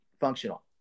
functional